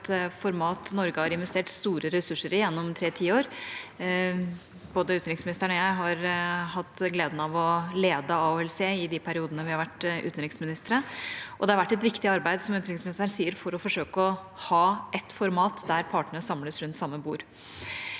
Norge har investert store ressurser i gjennom tre tiår. Både utenriksministeren og jeg har hatt gleden av å lede AHLC i de periodene vi har vært utenriksministre, og det har vært et viktig arbeid, som utenriksministeren sier, for å forsøke å ha et format der partene samles rundt samme bord.